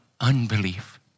unbelief